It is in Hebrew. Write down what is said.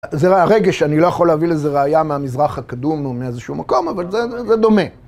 זה רגש, אני לא יכול להביא לזה ראייה מהמזרח הקדום, או מאיזשהו מקום, אבל זה דומה.